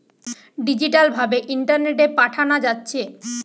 digital ভাবে ইন্টারনেটে পাঠানা যাচ্ছে